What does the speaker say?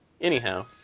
anyhow